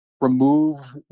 remove